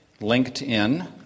LinkedIn